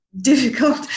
difficult